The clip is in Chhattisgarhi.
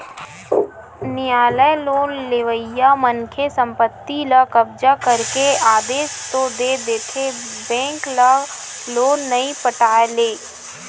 नियालय लोन लेवइया मनखे के संपत्ति ल कब्जा करे के आदेस तो दे देथे बेंक ल लोन नइ पटाय ले